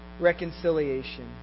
reconciliation